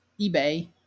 eBay